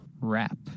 wrap